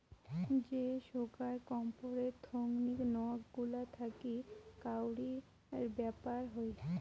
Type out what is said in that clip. যে সোগায় কর্পোরেট থোঙনি নক গুলা থাকি কাউরি ব্যাপার হই